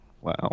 Wow